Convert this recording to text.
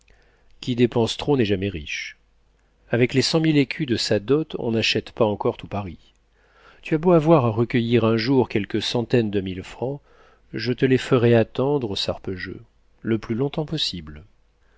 qui dépense trop n'est jamais riche avec les cent mille écus de sa dot on n'achète pas encore tout paris tu as beau avoir à recueillir un jour quelques centaines de mille francs je te les ferai attendre sarpejeu le plus longtemps possible